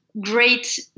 Great